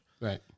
Right